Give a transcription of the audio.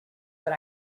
but